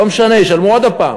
לא משנה, ישלמו עוד פעם.